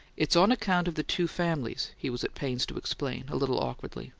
it's on account of the two families, he was at pains to explain, a little awkwardly.